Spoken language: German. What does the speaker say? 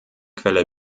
quelle